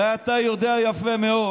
הרי אתה יודע יפה מאוד